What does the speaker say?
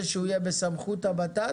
שהוא יהיה בסמכות המשרד לביטחון פנים?